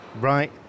Right